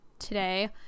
today